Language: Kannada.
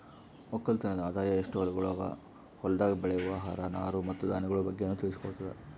ಒಕ್ಕಲತನದ್ ಆದಾಯ, ಎಸ್ಟು ಹೊಲಗೊಳ್ ಅವಾ, ಹೊಲ್ದಾಗ್ ಬೆಳೆವು ಆಹಾರ, ನಾರು ಮತ್ತ ಧಾನ್ಯಗೊಳ್ ಬಗ್ಗೆನು ತಿಳಿಸಿ ಕೊಡ್ತುದ್